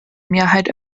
mehrheit